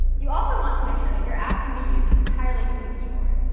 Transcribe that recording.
you also want to make sure that your app can be used entirely with the keyboard.